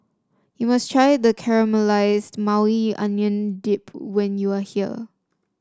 you must try the Caramelize Maui Onion Dip when you are here